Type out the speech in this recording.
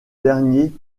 dernier